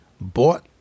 bought